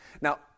Now